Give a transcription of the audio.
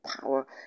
power